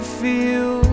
feel